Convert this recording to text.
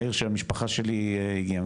מהעיר שהמשפחה שלי הגיעה.